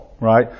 Right